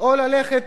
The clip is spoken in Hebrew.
או ללכת